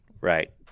Right